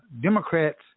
Democrats